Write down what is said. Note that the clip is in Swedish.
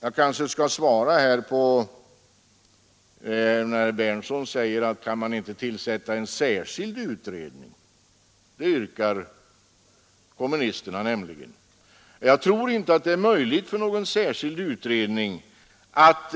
Jag kanske skall svara på herr Berndtsons i Linköping fråga om man inte kan tillsätta en särskild utredning, vilket kommunisterna nämligen yrkar på. Jag tror inte att det är möjligt för någon särskild utredning att